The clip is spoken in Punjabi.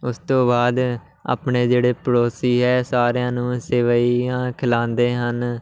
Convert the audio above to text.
ਉਸ ਤੋਂ ਬਾਅਦ ਆਪਣੇ ਜਿਹੜੇ ਪੜੋਸੀ ਹੈ ਸਾਰਿਆਂ ਨੂੰ ਸੇਵਈਆਂ ਖਿਲਾਉਂਦੇ ਹਨ